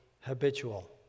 habitual